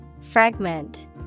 Fragment